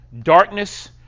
darkness